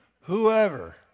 Whoever